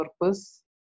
purpose